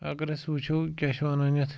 اَگَر ٲسۍ وٕچھو کیٛاہ چھِ وَنان یَتھ